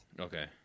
Okay